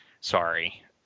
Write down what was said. sorry